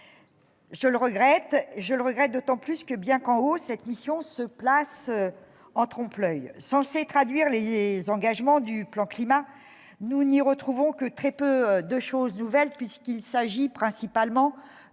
Je le regrette d'autant plus que, bien qu'en hausse, cette mission est en trompe-l'oeil. Alors qu'elle est censée traduire les engagements du plan Climat, nous n'y retrouvons que très peu de choses nouvelles : il s'agit principalement